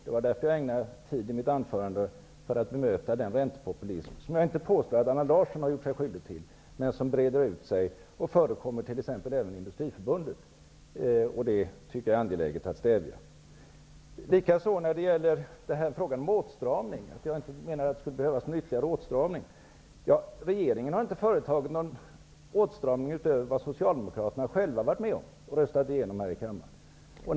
Det var därför jag ägnade tid i mitt anförande åt att bemöta den räntepopulism som jag inte påstår att Allan Larsson har gjort sig skyldig till, men som breder ut sig. Den förekommer t.ex. även i Industriförbundet. Jag tycker att det är angeläget att stävja det. När det gäller frågan om åtstramning och att jag inte menade att det skulle behövas någon ytterligare åtstramning, har regeringen inte företagit någon åtstramning utöver vad Socialdemokraterna själva varit med om att rösta igenom här i kammaren.